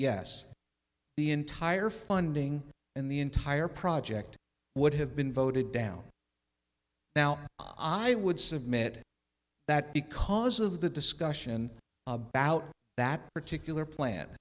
yes the entire funding in the entire project would have been voted down now ah i would submit that because of the discussion about that particular plan